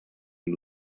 and